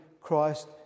Christ